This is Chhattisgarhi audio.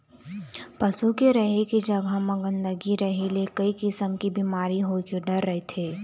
पशु के रहें के जघा म गंदगी रहे ले कइ किसम के बिमारी होए के डर रहिथे